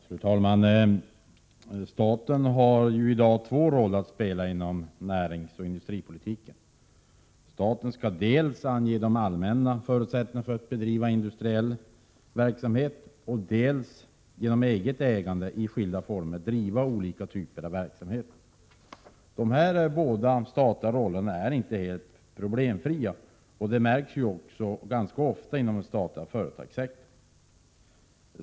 Fru talman! Staten har i dag två roller att spela inom näringsoch industripolitiken. Staten skall dels ange de allmänna förutsättningarna för att bedriva industriell verksamhet, dels genom eget ägande i skilda former driva olika typer av verksamhet. De här båda statliga rollerna är inte helt problemfria, och det märks också ofta inom den statliga företagssektorn.